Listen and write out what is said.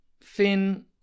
Finn